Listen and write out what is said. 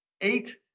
eight